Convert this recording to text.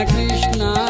Krishna